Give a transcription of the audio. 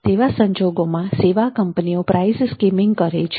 તેવા સંજોગોમાં સેવા કંપનીઓ પ્રાઈસ સ્કિમિંગ કરે છે